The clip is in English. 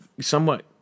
somewhat